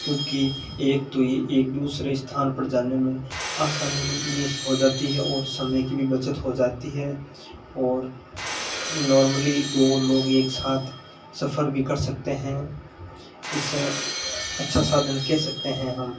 क्योंकि एक तो ये एक दूसरे स्थान पर जाने में आसानी से हो जाती है और समय की भी बचत हो जाती है और नॉर्मली दो लोग एक साथ सफर भी कर सकते हैं इसे अच्छा साधन कह सकते हैं हम